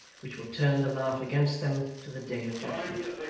which will turn the laugh against them to the day of judgment.